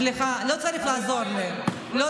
סליחה, לא צריך לעזור לי.